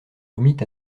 remit